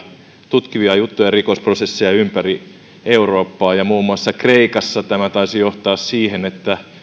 tutkivia juttuja ja rikosprosesseja ympäri eurooppaa ja muun muassa kreikassa tämä taisi johtaa siihen että